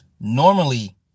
Normally